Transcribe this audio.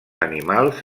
animals